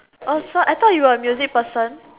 oh so I thought you were a music person